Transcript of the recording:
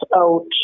out